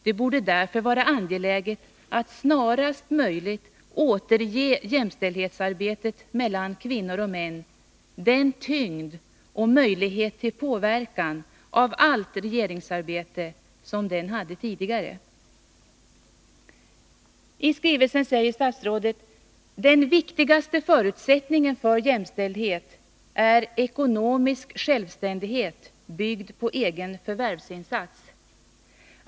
Det borde därför vara angeläget att snarast möjligt återge jämställdhetsarbetet mellan kvinnor och män den tyngd och möjlighet till påverkan av allt regeringsarbete som det hade tidigare. I skrivelsen säger statsrådet: ”Den viktigaste förutsättningen för jämställdhet är —-—-— ekonomisk självständighet byggd på egen förvärvsinsats.